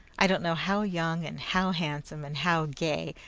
i don't know how young, and how handsome, and how gay,